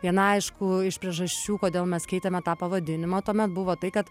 viena aišku iš priežasčių kodėl mes keitėme tą pavadinimą tuomet buvo tai kad